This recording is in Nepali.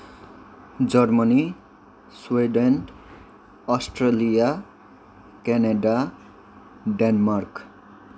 Germany Sweden Australia Canada Denmark